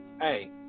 hey